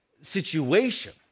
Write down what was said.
situation